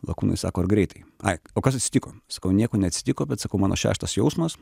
lakūnai sako ar greitai ai o kas atsitiko sakau nieko neatsitiko bet sakau mano šeštas jausmas